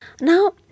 now